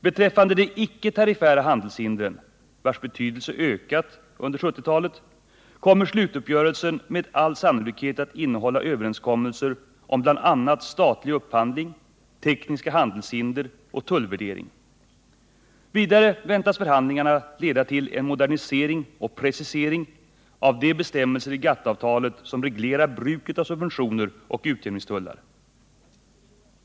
Beträf fande de icke-tariffära handelshindren, vars betydelse ökat under 1970-talet, kommer slutuppgörelsen med all sannolikhet att innehålla överenskommelser om bl.a. statlig upphandling, tekniska handelshinder och tullvärdering. Vidare väntas förhandlingarna leda till en modernisering och precisering av de bestämmelser i GA TT-avtalet som reglerar bruket av subventioner och utjämningstullar.